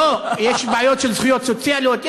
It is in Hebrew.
לא, יש בעיות של זכויות סוציאליות.